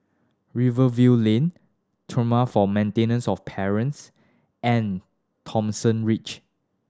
Rivervale Lane Tribunal for Maintenance of Parents and Thomson Ridge